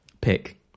Pick